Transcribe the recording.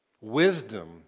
Wisdom